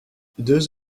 deux